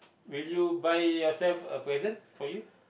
will you buy yourself a present for you